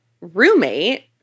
roommate –